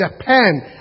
Japan